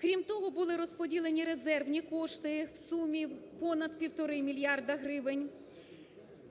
Крім того, були розподілені резервні кошти в сумі понад півтора мільярда гривень.